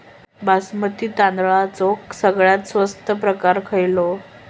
बासमती तांदळाचो सगळ्यात स्वस्त प्रकार खयलो?